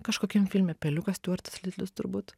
kažkokiam filme peliukas stiuartas litlis turbūt